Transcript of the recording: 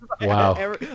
Wow